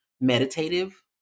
meditative